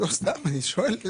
סתם, אני שואל.